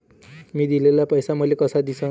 मी दिलेला पैसा मले कसा दिसन?